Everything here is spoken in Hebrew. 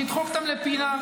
שידחק אותם לפינה.